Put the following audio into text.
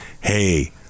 hey